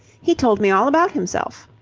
he told me all about himself.